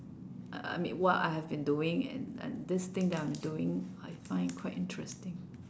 uh I mean what I have been doing and and this thing that I'm doing I find quite interesting